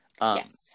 Yes